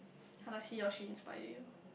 how does he or she inspired you